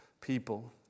people